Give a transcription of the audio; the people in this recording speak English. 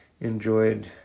enjoyed